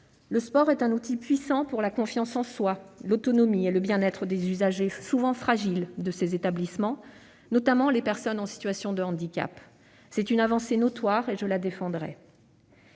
Le sport est un outil puissant pour la confiance en soi, pour l'autonomie et pour le bien-être des usagers, souvent fragiles, de ces établissements, notamment quand ces personnes sont en situation de handicap. C'est une avancée incontestable que